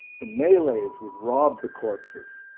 the malays would rob the corpses,